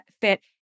fit